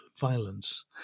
violence